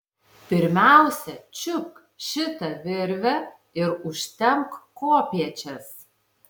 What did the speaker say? pirmiausia čiupk šitą virvę ir užtempk kopėčias